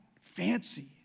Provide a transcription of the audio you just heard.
fancy